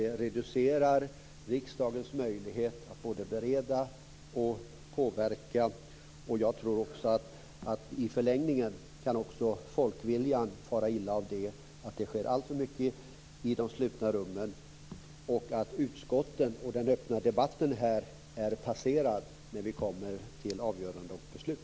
Det reducerar riksdagens möjligheter att både bereda och påverka ärenden. Jag tror också att folkviljan i förlängningen kan fara illa av att alltför mycket sker i de slutna rummen. Det skulle ju innebära att utskotten och den öppna debatten här är passerad när vi kommer fram till avgörande och beslut.